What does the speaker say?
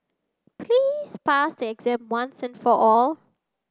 please pass the exam once and for all